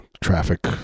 traffic